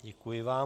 Děkuji vám.